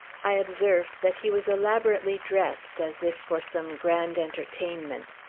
i observed that he was elaborately dressed, as if for some grand entertainment.